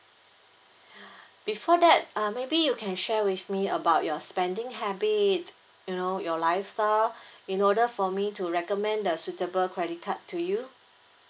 before that uh maybe you can share with me about your spending habits you know your lifestyle in order for me to recommend the suitable credit card to you